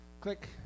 Click